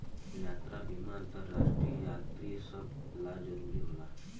यात्रा बीमा अंतरराष्ट्रीय यात्री सभ ला जरुरी होला